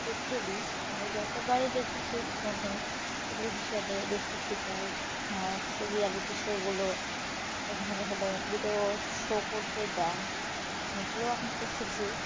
দেখে নিই আমি যতবারই দেখেছি ফোনে টেলিভিশনে দেখেছি তার রিয়ালিটি শোগুলো যেখানে যেখানে এমনিতেও শো করতে যাই সেগুলোও আমি দেখেছি